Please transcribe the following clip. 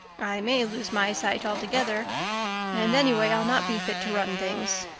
i may lose my sight altogether and anyway i'll not be fit to run things.